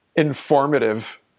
informative